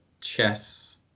chess